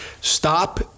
Stop